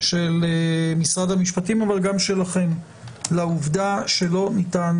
של משרד המשפטים אבל גם שלכם לעובדה שלא ניתן